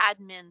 admin